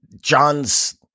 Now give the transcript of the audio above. John's